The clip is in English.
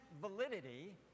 validity